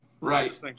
Right